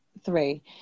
three